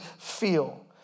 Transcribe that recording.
feel